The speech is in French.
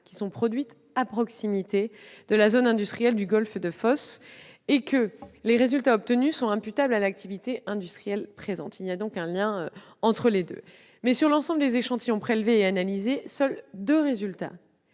animale produites à proximité de la zone industrielle du golfe de Fos et que les résultats obtenus sont imputables à l'activité industrielle présente. Il y a donc un lien avéré. Mais sur l'ensemble des échantillons prélevés et analysés, seuls deux résultats